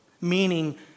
meaning